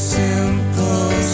simple